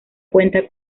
cuenta